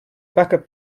backup